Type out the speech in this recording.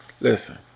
Listen